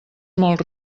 molt